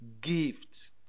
gift